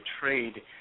trade